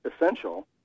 Essential